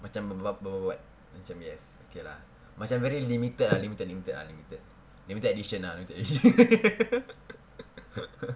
macam what what what what yes okay lah macam very limited limited limited ah limited limited edition ah limited edition